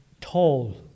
tall